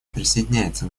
присоединяется